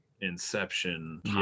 Inception